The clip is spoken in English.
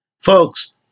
Folks